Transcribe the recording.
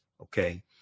Okay